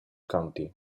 county